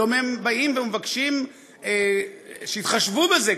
היום הם באים ומבקשים שיתחשבו בזה,